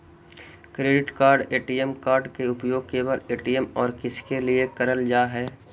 Credit card ATM card के उपयोग केवल ए.टी.एम और किसके के लिए करल जा है?